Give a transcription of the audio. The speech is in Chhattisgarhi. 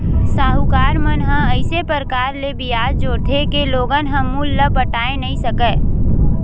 साहूकार मन ह अइसे परकार ले बियाज जोरथे के लोगन ह मूल ल पटाए नइ सकय